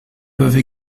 peuvent